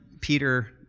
Peter